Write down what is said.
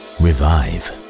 revive